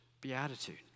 beatitude